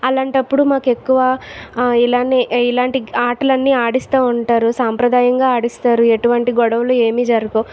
అలాంటప్పుడు మాకు ఎక్కువ ఇలానే ఇలాంటి ఆటలు అన్ని ఆడిస్తూ ఉంటారు సాంప్రదాయంగా ఆడిస్తారు ఎటువంటి గొడవలు ఏమీ జరగవు